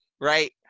right